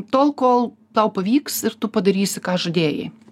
tol kol tau pavyks ir tu padarysi ką žadėjai